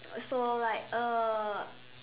so like uh